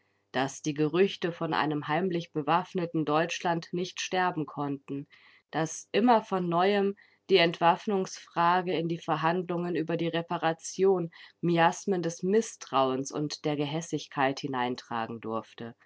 daß die gerüchte von einem heimlich bewaffneten deutschland nicht sterben konnten daß immer von neuem die entwaffnungsfrage in die verhandlungen über die reparation miasmen des mißtrauens und der gehässigkeit hineintragen durfte